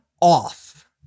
off